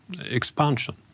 expansion